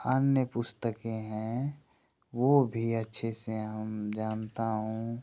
अन्य पुस्तकें हैं वो भी अच्छे से हम जानता हूँ